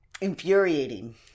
infuriating